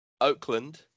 Oakland